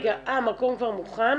מוכן -- אה, המקום כבר מוכן?